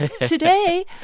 Today